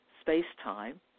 space-time